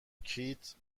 کیت